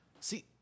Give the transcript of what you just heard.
See